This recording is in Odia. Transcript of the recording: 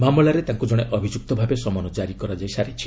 ମାମଲାରେ ତାଙ୍କୁ କଣେ ଅଭିଯୁକ୍ତ ଭାବେ ସମନ ଜାରି କରାଯାଇସାରିଛି